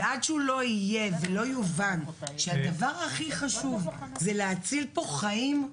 ועד שהוא לא יהיה ולא יובן שהדבר הכי חשוב הוא להציל פה חיים,